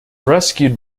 rescued